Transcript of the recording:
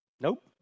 Nope